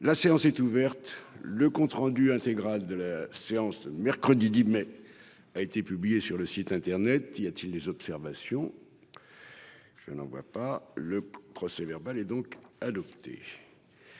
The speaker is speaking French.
La séance est ouverte. Le compte-rendu intégral de la séance de mercredi 10 mai a été publié sur le site internet y a-t-il des observations. Je n'en vois pas le procès-verbal est donc adopté.